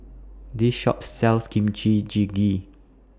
This Shop sells Kimchi Jjigae